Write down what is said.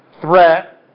threat